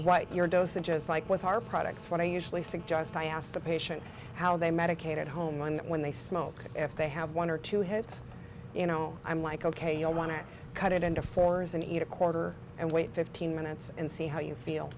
what your dosage is like with our products when i usually suggest i ask the patient how they medicate at home one when they smoke if they have one or two hits you know i'm like ok you want to cut it into fours and eat a quarter and wait fifteen minutes and see how you feel